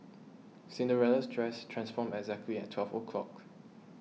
Cinderella's dress transformed exactly at twelve o'clock